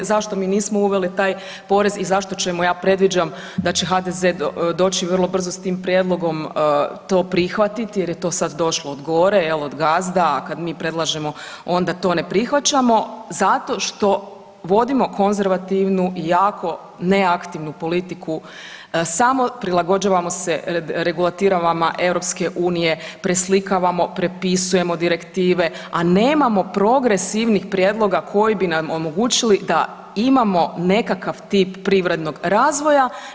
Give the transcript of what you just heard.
Zašto mi nismo uveli taj porez i zašto ćemo, ja predviđam da će HDZ doći vrlo brzo s tim prijedlogom to prihvatiti jer je to sad došlo od gore jel, od gazda, a kad mi predlažemo onda to ne prihvaćamo zato što vodimo konzervativnu i jako neaktivnu politiku, samo prilagođavamo se regulativama EU, preslikavamo, prepisujemo direktive, a nemamo progresivnih prijedloga koji bi nam omogućili da imamo nekakav tip privrednog razvoja.